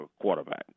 quarterback